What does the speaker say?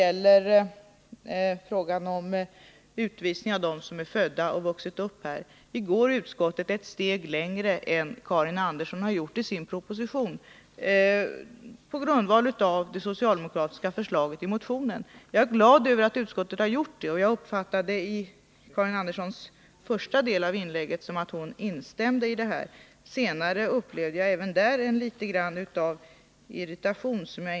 I frågan om utvisning av personer som är födda i Sverige och som har vuxit upp här går utskottet ett steg längre än vad Karin Andersson har gjort i sin proposition, och utskottet utgår därvid från det socialdemokratiska förslaget i motionen. Jag är glad över att utskottet har gjort det, och jag uppfattade den första delen av Karin Anderssons anförande så att hon instämde i utskottets uppfattning. Men även här upplevde jag sedan något av en irritation.